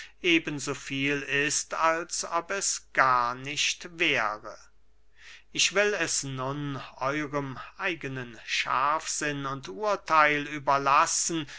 so viel ist als ob es gar nicht wäre ich will es nun euerm eigenen scharfsinn und urtheil überlassen